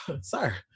sir